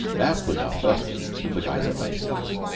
that was our first glimpse of the geyser basins.